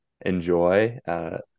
Enjoy